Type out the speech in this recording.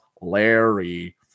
larry